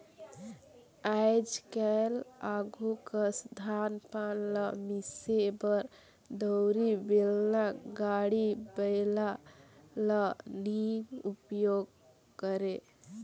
आएज काएल आघु कस धान पान ल मिसे बर दउंरी, बेलना, गाड़ी बइला ल नी उपियोग करे